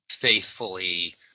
faithfully